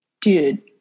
Dude